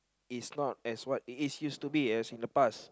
is not as what it is used to be as in the past